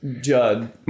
Judd